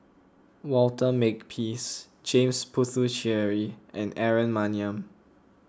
Walter Makepeace James Puthucheary and Aaron Maniam